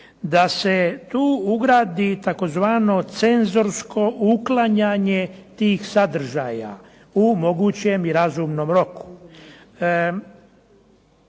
da se tu ugradi tzv. cenzorsko uklanjanje tih sadržaja u mogućem i razumnom roku.